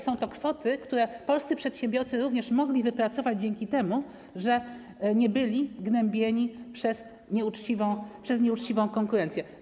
Są to kwoty, które polscy przedsiębiorcy również mogli wypracować dzięki temu, że nie byli gnębieni przez nieuczciwą konkurencję.